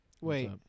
Wait